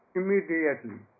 immediately